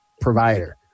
provider